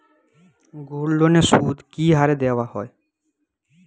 গোল্ডলোনের সুদ কি হারে দেওয়া হয়?